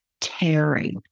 tearing